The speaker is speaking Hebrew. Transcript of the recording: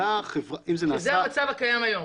שזה המצב הקיים היום.